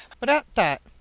but at that,